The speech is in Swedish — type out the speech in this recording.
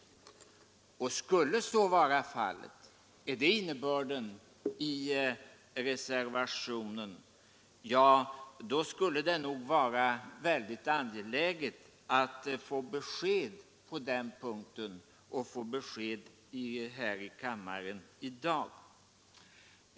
Skulle detta vara innebörden i reservationen, skulle det nog vara mycket angeläget att få besked på denna punkt och få besked här i kammaren i dag.